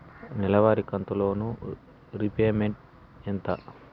నెలవారి కంతు loan repayment ఎంత?